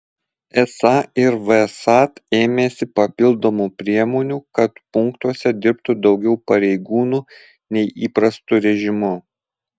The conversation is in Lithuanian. esą ir vsat ėmėsi papildomų priemonių kad punktuose dirbtų daugiau pareigūnų nei įprastu režimu